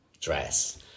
dress